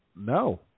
No